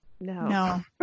No